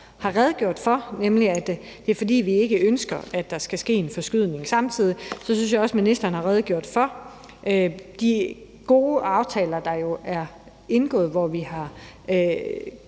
har redegjort for, nemlig at det er, fordi vi ikke ønsker, at der skal ske en forskydning. Samtidig synes jeg også, at ministeren har redegjort for de gode aftaler, der jo er indgået, hvor vi har